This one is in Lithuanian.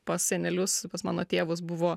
pas senelius pas mano tėvus buvo